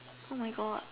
oh my God